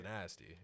nasty